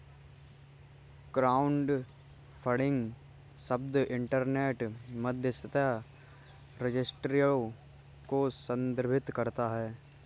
crowdfunding शब्द internet मध्यस्थता रजिस्ट्रियों को संदर्भित करता है